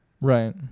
Right